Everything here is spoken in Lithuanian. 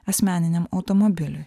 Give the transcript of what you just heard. asmeniniam automobiliui